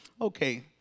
okay